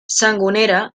sangonera